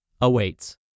awaits